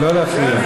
לא להפריע.